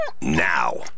Now